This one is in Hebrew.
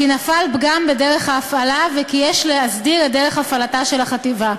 נפל פגם בדרך ההפעלה וכי יש להסדיר את דרך הפעלתה של החטיבה.